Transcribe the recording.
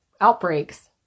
outbreaks